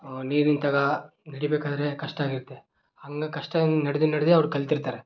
ನೀರು ನಿಂತಾಗ ನಡಿಬೇಕಾದರೆ ಕಷ್ಟ ಆಗುತ್ತೆ ಹಂಗೆ ಕಷ್ಟ ನಡ್ದು ನಡ್ದು ಅವ್ರು ಕಲ್ತಿರ್ತಾರೆ